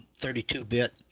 32-bit